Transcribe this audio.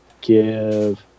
give